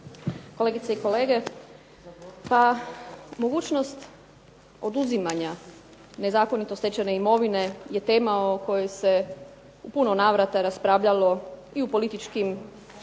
kolegice i kolege. Pa mogućnost oduzimanja nezakonito stečene imovine je tema o kojoj se u puno navrata raspravljalo i u političkim i